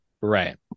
right